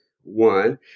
one